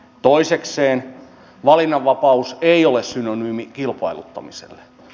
toisekseen valinnanvapaus ei ole synonyymi kilpailuttamiselle